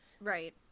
right